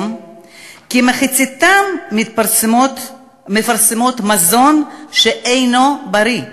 כמחציתן מפרסמות מזון שאינו בריא.